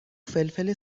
فلفل